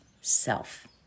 self